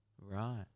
Right